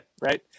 right